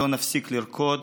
לא נפסיק לרקוד.